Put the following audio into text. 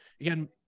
again